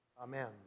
Amen